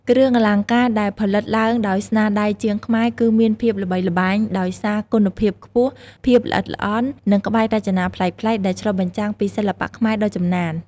គ្រឿងអលង្ការដែលផលិតឡើងដោយស្នាដៃជាងខ្មែរ គឺមានភាពល្បីល្បាញដោយសារ គុណភាពខ្ពស់ ភាពល្អិតល្អន់ និងក្បាច់រចនាប្លែកៗ ដែលឆ្លុះបញ្ចាំងពីសិល្បៈខ្មែរដ៏ចំណាន។